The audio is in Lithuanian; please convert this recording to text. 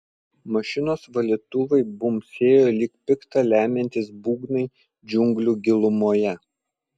mašinos valytuvai bumbsėjo lyg pikta lemiantys būgnai džiunglių gilumoje